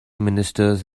ministers